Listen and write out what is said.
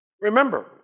Remember